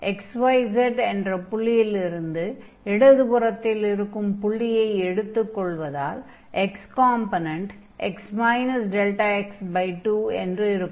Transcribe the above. x y z என்ற புள்ளியிலிருந்து இடது புறத்தில் இருக்கும் புள்ளியை எடுத்துக் கொள்வதால் x காம்பொனென்ட் x δx2 என்று இருக்கும்